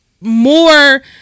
more